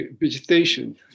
vegetation